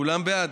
כולם בעד?